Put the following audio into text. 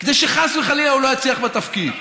כדי שחס וחלילה הוא לא יצליח בתפקיד.